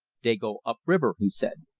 dey go up river, he said.